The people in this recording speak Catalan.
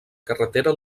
carretera